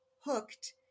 hooked